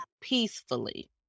peacefully